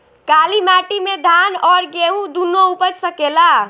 काली माटी मे धान और गेंहू दुनो उपज सकेला?